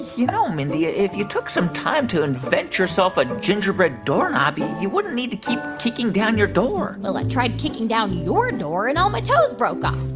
you know, mindy, if you took some time to invent yourself a gingerbread doorknob, you you wouldn't need to keep kicking down your door well, i tried kicking down your door, and all my toes broke off.